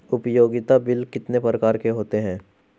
उपयोगिता बिल कितने प्रकार के होते हैं?